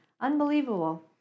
Unbelievable